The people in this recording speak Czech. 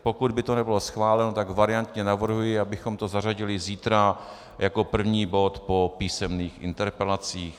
Pokud by to nebylo schváleno, variantně navrhuji, abychom to zařadili zítra jako první bod po písemných interpelacích.